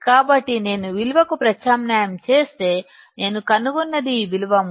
కాబట్టి నేను విలువను ప్రత్యామ్నాయం చేస్తే నేను కనుగొన్నది ఈ విలువ 3